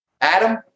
adam